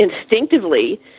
instinctively